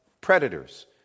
predators